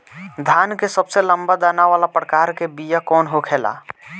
धान के सबसे लंबा दाना वाला प्रकार के बीया कौन होखेला?